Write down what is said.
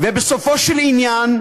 ובסופו של עניין,